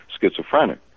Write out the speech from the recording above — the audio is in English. schizophrenic